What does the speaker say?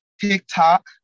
TikTok